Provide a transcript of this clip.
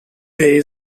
they